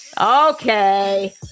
okay